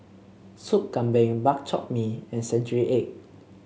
Soup Kambing Bak Chor Mee and Century Egg